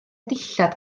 dillad